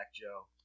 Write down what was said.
Joe